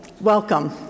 welcome